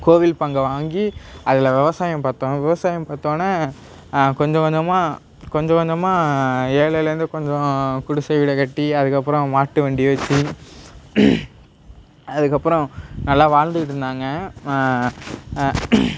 கோவில் பங்கை வாங்கி அதில் விவசாயம் பார்த்தோம் விவசாயம் பாத்தோடனே கொஞ்சம் கொஞ்சமாக கொஞ்சம் கொஞ்சமாக ஏழையிலருந்து கொஞ்சம் குடிசை வீடை கட்டி அதுக்கப்பறம் மாட்டு வண்டி வச்சு அதுக்கப்பறம் நல்லா வாழ்ந்துகிட்டு இருந்தாங்க